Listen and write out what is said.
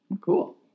Cool